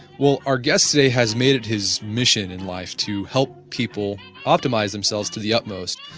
well, our guest today has made it his mission in life to help people optimize themselves to the utmost.